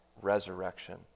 resurrection